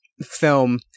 film